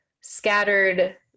scattered